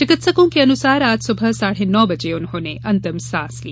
चिकित्सकों के अनुसार आज सुबह साढ़े नौ बजे उन्होंने अंतिम सांस ली